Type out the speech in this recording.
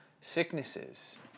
sicknesses